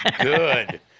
good